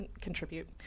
contribute